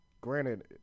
granted